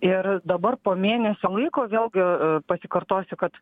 ir dabar po mėnesio laiko vėlgi pasikartosiu kad